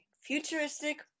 Futuristic